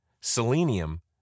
selenium